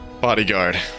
Bodyguard